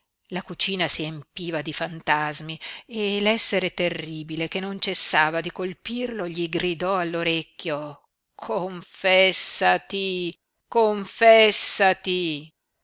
la cucina si empiva di fantasmi e l'essere terribile che non cessava di colpirlo gli gridò all'orecchio confessati confessati